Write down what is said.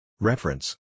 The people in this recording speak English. Reference